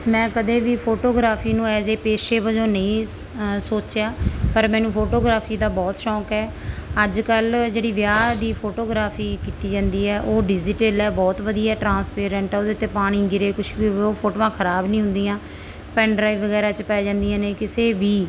ਮੈਂ ਕਦੇ ਵੀ ਫੋਟੋਗ੍ਰਾਫੀ ਨੂੰ ਐਜ਼ ਏ ਪੇਸ਼ੇ ਵਜੋਂ ਨਹੀਂ ਸ ਸੋਚਿਆ ਪਰ ਮੈਨੂੰ ਫੋਟੋਗ੍ਰਾਫੀ ਦਾ ਬਹੁਤ ਸ਼ੌਕ ਹੈ ਅੱਜ ਕੱਲ੍ਹ ਜਿਹੜੀ ਵਿਆਹ ਦੀ ਫੋਟੋਗ੍ਰਾਫੀ ਕੀਤੀ ਜਾਂਦੀ ਹੈ ਉਹ ਡਿਜ਼ੀਟਲ ਹੈ ਬਹੁਤ ਵਧੀਆ ਟਰਾਂਸਪੇਰੈਂਟ ਆ ਉਹਦੇ 'ਤੇ ਪਾਣੀ ਗਿਰੇ ਕੁਛ ਵੀ ਹੋਵੇ ਉਹ ਫੋਟੋਆਂ ਖਰਾਬ ਨਹੀਂ ਹੁੰਦੀਆਂ ਪੈਨ ਡਰਾਈਵ ਵਗੈਰਾ 'ਚ ਪੈ ਜਾਂਦੀਆਂ ਨੇ ਕਿਸੇ ਵੀ